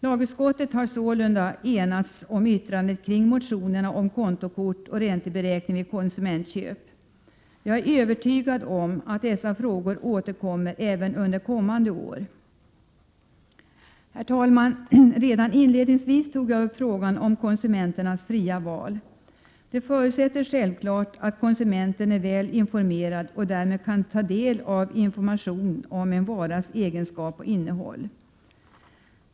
Lagutskottet har sålunda enats om yttrandet kring motionerna om kontokort och ränteberäkning vid konsumentköp. Jag är övertygad om att dessa frågor återkommer även under kommande år. Herr talman! Redan inledningsvis tog jag upp frågan om konsumenternas fria val. Det förutsätter självfallet att konsumenten är väl informerad och därmed kan ta del av information om en varas egenskap och innehåll.